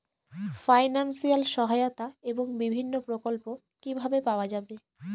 Financial সহায়তা এবং বিভিন্ন প্রকল্প কিভাবে পাওয়া যাবে?